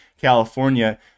California